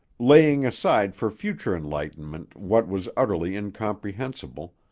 laying aside for future enlightenment what was utterly incomprehensible,